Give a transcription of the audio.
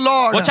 Lord